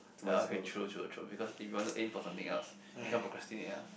ya okay true true true because if you want to aim for something else you can't procrastinate ah